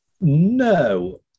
No